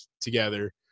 together